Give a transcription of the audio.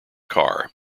car